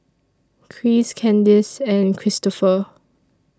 Christ Kandace and Cristofer